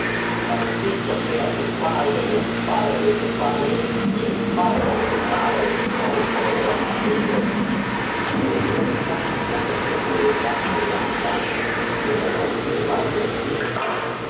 maldito sea tu padre y el padre de tu padre y el padre de tu madre oh corrompido y le dio tan fuerte puñetazo en la quijada que le rompió varios dientes y